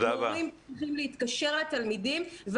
צריך להתקשר לילדים.